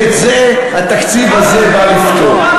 ואת זה התקציב הזה בא לפתור.